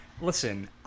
listen